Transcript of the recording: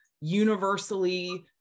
universally